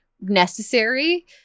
necessary